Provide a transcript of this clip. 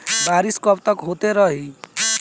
बरिस कबतक होते रही?